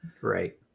Right